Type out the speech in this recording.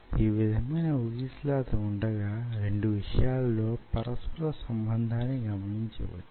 ఈ విధమైన వూగిసలాట వుండగా 2 విషయాలలో పరస్పర సంబంధాన్ని గమనించవచ్చు